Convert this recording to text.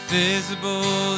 visible